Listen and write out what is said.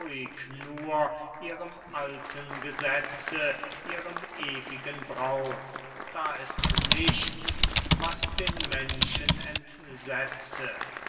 ihrem alten gesetze ihrem ewigen brauch da ist nichts was den menschen entsetze